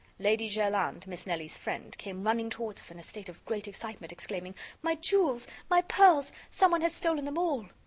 lady jerland, miss nelly's friend, came running towards us in a state of great excitement, exclaiming my jewels, my pearls! some one has stolen them all!